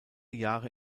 jahre